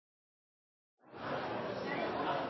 statsråd